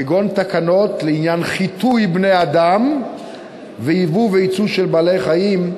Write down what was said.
כגון תקנות לעניין חיטוי בני-אדם וייבוא וייצוא של בעלי-חיים,